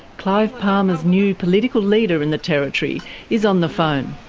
clive palmer's new political leader in the territory is on the phone.